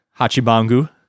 Hachibangu